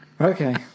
Okay